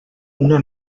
una